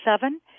seven